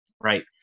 Right